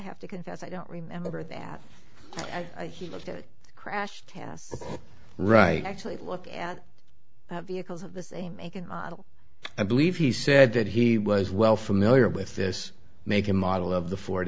have to confess i don't remember that he looked it crashed right actually look at vehicles of the same make and model i believe he said that he was well familiar with this making model of the ford